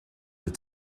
they